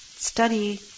Study